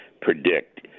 predict